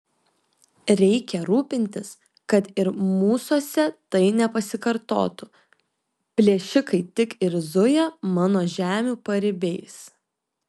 reikia rūpintis kad ir mūsuose tai nepasikartotų plėšikai tik ir zuja mano žemių paribiais